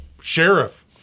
Sheriff